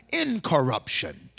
incorruption